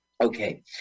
Okay